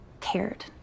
cared